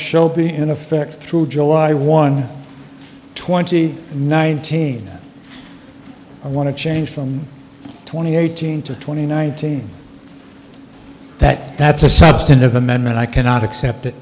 in effect through july one twenty nineteen i want to change from twenty eighteen to twenty nineteen that that's a substantive amendment i cannot accept that